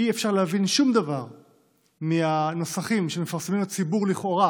אי-אפשר להבין שום דבר מהנוסחים שמפרסמים לציבור לכאורה